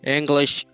English